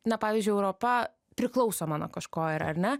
na pavyzdžiui europa priklausoma nuo kažko yra ar ne